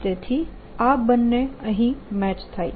તેથી આ બંને મેચ થાય છે